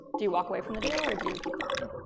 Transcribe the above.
do you walk away from the deal or do you keep the money?